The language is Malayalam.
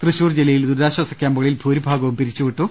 തൃശൂർ ജില്ലയിൽ ദുരിതാശ്ചാസ ക്യാമ്പുകളിൽ ഭൂരിഭാഗവും പിരിച്ചുവിട്ടു